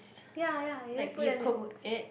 ya ya you just put and in oats